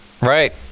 right